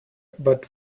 about